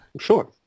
sure